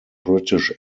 british